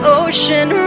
ocean